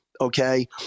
okay